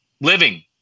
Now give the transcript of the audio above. living